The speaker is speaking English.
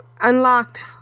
unlocked